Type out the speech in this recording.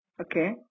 Okay